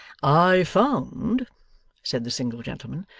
i found said the single gentleman,